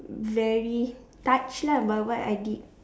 very touched lah by what I did